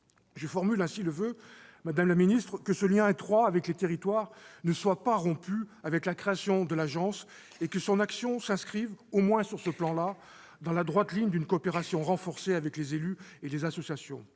Je formule ainsi le voeu, madame la ministre, que ce lien étroit avec les territoires ne soit pas rompu avec la création de l'agence et que son action s'inscrive, au moins sur ce plan, dans la droite ligne d'une coopération renforcée avec les élus et les associations.